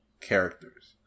characters